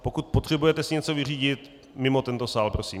Pokud si potřebujete něco vyřídit, mimo tento sál prosím.